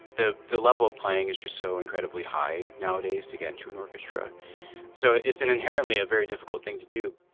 the the level playing is just so incredibly high nowadays again to an orchestra so it's an inherently a very difficult thing to do